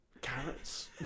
Carrots